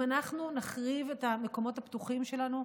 אם אנחנו נחריב את המקומות הפתוחים שלנו,